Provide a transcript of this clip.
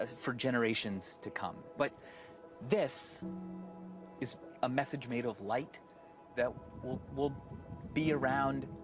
ah for generations to come. but this is a message made of light that will will be around